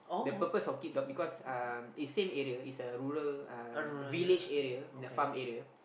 the purpose of keep dog because um it's same area it's a rural uh village area in the farm area